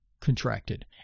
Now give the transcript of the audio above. contracted